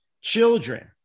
children